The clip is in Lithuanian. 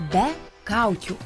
be kaukių